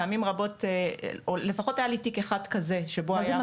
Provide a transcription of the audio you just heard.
פעמים רבות, לפחות היה לי תיק אחד כזה שבו היה.